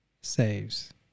saves